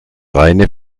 reine